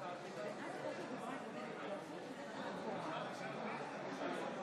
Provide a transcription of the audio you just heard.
הצעת החוק החשובה לתיקון פקודת מס הכנסה (מס' 256)